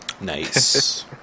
Nice